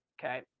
Okay